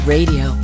Radio